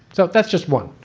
so that's just one